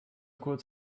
kurz